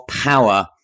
power